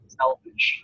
selfish